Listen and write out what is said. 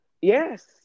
Yes